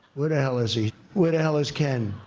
where the hell is he? where the hell is ken?